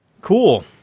Cool